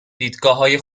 دیدگاههای